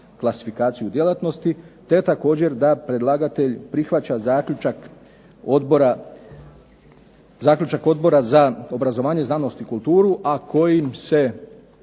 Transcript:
klasifikaciju djelatnosti, te također da predlagatelj prihvaća zaključak Odbora za obrazovanje, znanost i kulturu, a kojim se